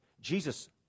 Jesus